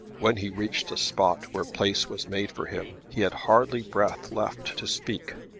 when he reached a spot where place was made for him he had hardly breath left to speak.